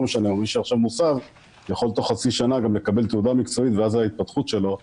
יכול תוך חצי שנה גם לקבל תעודה מקצועית ואז היכולת